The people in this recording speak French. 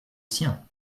sien